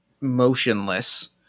motionless